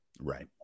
Right